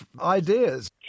ideas